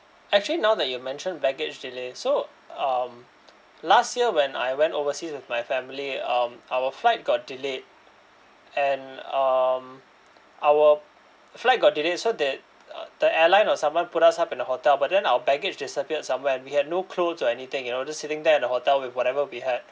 actually now that you mentioned baggage delay so um last year when I went overseas with my family um our flight got delayed and um our flight got delayed so they uh the airline or someone put us up in a hotel but then our baggage disappeared somewhere we had no clothes or anything you know just sitting there at the hotel with whatever we had